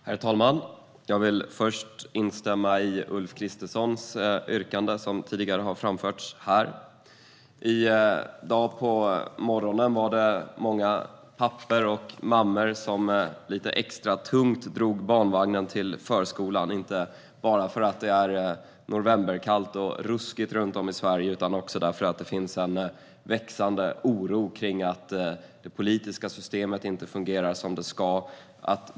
Herr talman! Jag vill först instämma i Ulf Kristerssons tidigare framförda yrkande här. I dag på morgonen var det många pappor och mammor som lite extra tungt drog barnvagnen till förskolan, inte bara för att det är novemberkallt och ruskigt runt om i Sverige utan också därför att det finns en växande oro för att det politiska systemet inte fungerar som det ska.